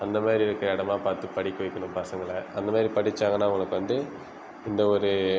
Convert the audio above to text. அந்த மாரி இருக்கற இடமாக பார்த்து படிக்க வைக்கணும் பசங்களை அந்த மாரி படிச்சதானே அவங்களுக்கு வந்து இந்த ஒரு